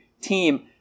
team